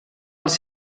els